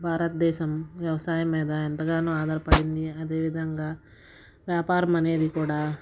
భారతదేశం వ్యవసాయం మీద ఎంతగానో ఆదారపడి ఉంది అదే విధంగా వ్యాపారమనేది కూడా